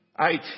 Eight